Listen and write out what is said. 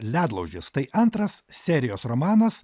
ledlaužis tai antras serijos romanas